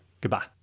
Goodbye